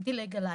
דילג עליי.